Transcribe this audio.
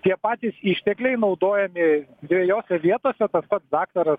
tie patys ištekliai naudojami dviejose vietose tas pats daktaras